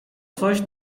coś